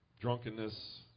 Drunkenness